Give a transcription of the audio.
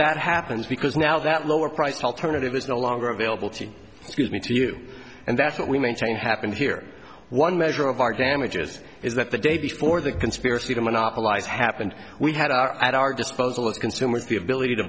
that happens because now that lower priced alternative is no longer available to me to you and that's what we maintain happened here one measure of our damages is that the day before the conspiracy to monopolise happened we had our at our disposal as consumers the ability to